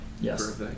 Yes